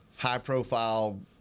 high-profile